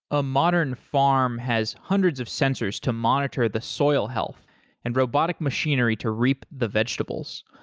a modern farm has hundreds of sensors to monitor the soil health and robotic machinery to reap the vegetables.